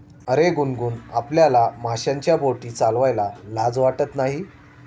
अरे गुनगुन, आपल्याला माशांच्या बोटी चालवायला लाज वाटत नाही